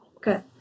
Good